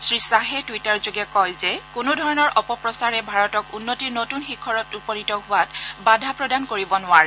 শ্ৰীখাহে টুইটাৰ যোগে কয় যে কোনোধৰণৰ অপপ্ৰচাৰে ভাৰতক উন্নতিৰ নতুন শিখৰত উপনীত হোৱাত বাধা প্ৰদান কৰিব নোৱাৰে